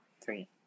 three